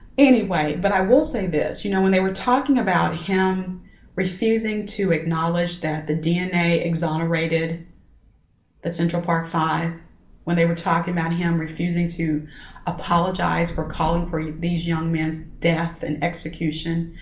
anyway, but i will say this, you know when they were talking about him refusing to acknowledge that the dna exonerated the central park five when they were talking about him refusing to apologize for calling for these young man's death and execution